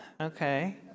Okay